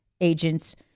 agents